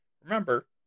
Remember